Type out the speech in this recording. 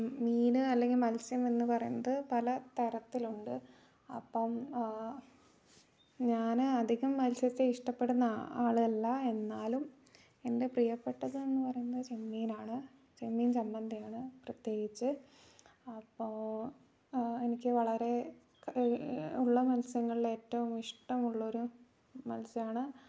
മീൻ അല്ലെങ്കിൽ മത്സ്യം എന്നു പറയുന്നത് പല തരത്തിലുണ്ട് അപ്പം ഞാൻ അധികം മത്സ്യത്തെ ഇഷ്ടപ്പെടുന്ന ആൾ അല്ല എന്നാലും എൻ്റെ പ്രിയപ്പെട്ടത് എന്നു പറയുന്നത് ചെമ്മീനാണ് ചെമ്മീൻ ചമ്മന്തിയാണ് പ്രത്യേകിച്ചു അപ്പോൾ എനിക്ക് വളരെ ഉള്ള മത്സ്യങ്ങളിലേറ്റവും ഇഷ്ടമുള്ള ഒരു മത്സ്യമാണ്